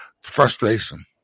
frustration